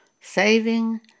saving